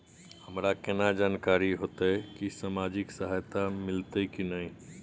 हमरा केना जानकारी होते की सामाजिक सहायता मिलते की नय?